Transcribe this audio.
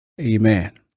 amen